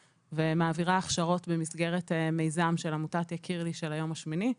ומעבירה הכשרות במסגרת מיזם של עמותת יקיר לי של היום השמיני,